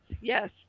Yes